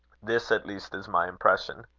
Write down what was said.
this at least is my impression.